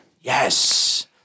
Yes